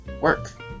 work